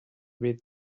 with